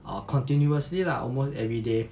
ah continuously lah almost every day